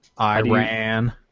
Iran